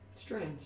Strange